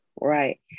Right